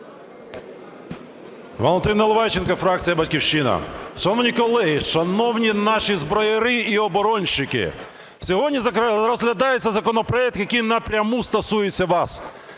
Валентин Наливайченко, фракція "Батьківщина". Шановні колеги, шановні наші зброяри і оборонщики! Сьогодні розглядається законопроект, який напряму стосується вас.